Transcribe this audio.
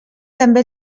també